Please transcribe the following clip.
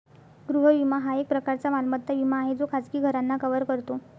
गृह विमा हा एक प्रकारचा मालमत्ता विमा आहे जो खाजगी घरांना कव्हर करतो